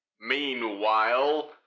Meanwhile